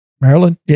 Maryland